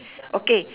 okay